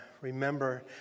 remember